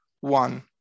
one